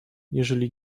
jeżeli